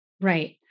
Right